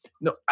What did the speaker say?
No